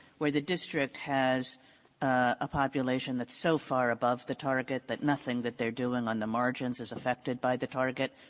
where the district has a population that's so far above the target that nothing that they're doing on the margins is affected by the target,